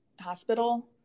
hospital